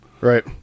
Right